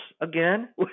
again